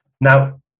Now